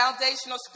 foundational